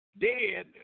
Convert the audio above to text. dead